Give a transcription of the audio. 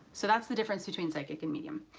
so that's the difference between psychic and medium.